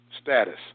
status